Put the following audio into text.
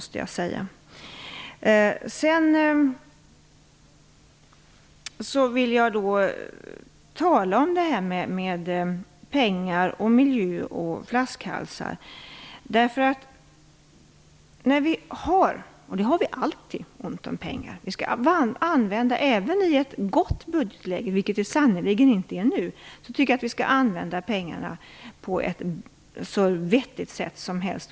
Sedan vill jag ta upp det här med miljö, pengar och flaskhalsar. Vi har alltid ont om pengar. Även i ett gott budgetläge - vilket det sannerligen inte är nu - skall vi använda pengarna på ett så vettigt sätt som möjligt.